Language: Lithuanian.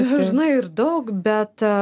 dažnai ir daug bet